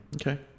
Okay